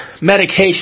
medication